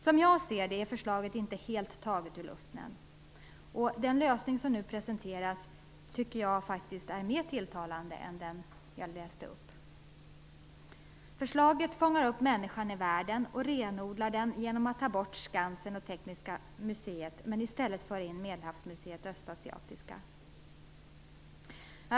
Som jag ser det är förslaget inte helt taget ur luften, och den lösning som nu presenteras tycker jag faktiskt är mer tilltalande än den jag just läste upp. Förslaget fångar upp aspekten människan i världen och renodlar den genom att ta bort Skansen och Tekniska museet men i stället föra in Medelhavsmuseet och Östasiatiska museet.